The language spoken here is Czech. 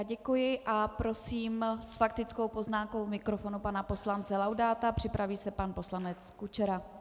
Děkuji a prosím s faktickou poznámkou k mikrofonu pana poslance Laudáta, připraví se pan poslanec Kučera.